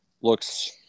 looks –